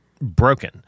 broken